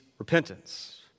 Repentance